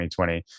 2020